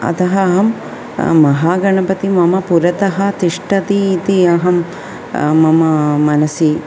अतः अहं महागणपतिं मम पुरतः तिष्ठति इति अहं मम मनसि